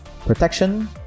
protection